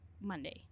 monday